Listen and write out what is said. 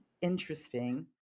interesting